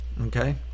okay